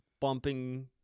bumping